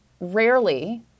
rarely